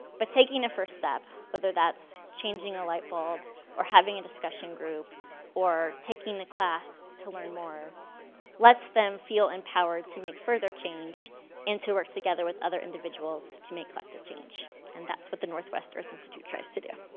but taking the first step, whether that's changing a light bulb or having a discussion group or taking the class to learn more let's them feel empowered to make further change and to work together with other individuals to make collective change and that's what the northwest earth institute tries to do.